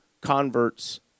converts